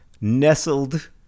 nestled